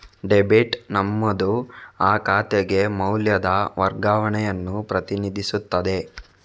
debit ನಮೂದು ಆ ಖಾತೆಗೆ ಮೌಲ್ಯದ ವರ್ಗಾವಣೆಯನ್ನು ಪ್ರತಿನಿಧಿಸುತ್ತದೆ